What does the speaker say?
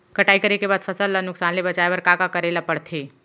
कटाई करे के बाद फसल ल नुकसान ले बचाये बर का का करे ल पड़थे?